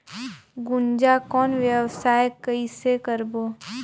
गुनजा कौन व्यवसाय कइसे करबो?